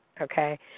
okay